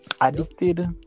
Addicted